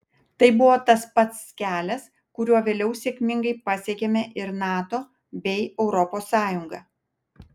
tai buvo tas pats kelias kuriuo vėliau sėkmingai pasiekėme ir nato bei europos sąjungą